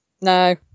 No